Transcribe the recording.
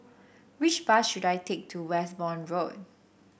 which bus should I take to Westbourne Road